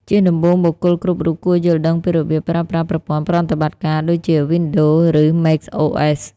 ជាដំបូង បុគ្គលគ្រប់រូបគួរយល់ដឹងពីរបៀបប្រើប្រាស់ប្រព័ន្ធប្រតិបត្តិការដូចជា Windows ឬ macOS។